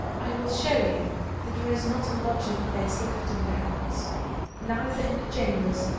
i will show you that there is not a lodging-place left in the house neither in the chambers,